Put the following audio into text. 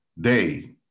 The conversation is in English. day